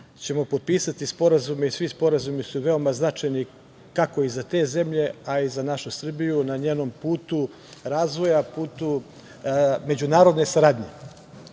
ćemo potpisati sporazum i svi sporazumi su veoma značajni kako i za te zemlje, a i za našu Srbiju, na njenom putu razvoja, na putu međunarodne saradnje. Ja